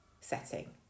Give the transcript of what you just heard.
setting